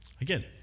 Again